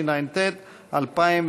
התשע"ט 2018. חוק לתיקון פקודת בריאות העם (מס' 33),